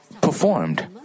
performed